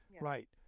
Right